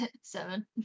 seven